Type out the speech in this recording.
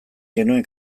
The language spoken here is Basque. genuen